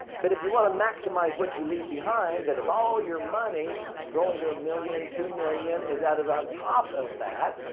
but if you want to maximize what you leave behind that if all your money growing to a million, two million is added on top of that,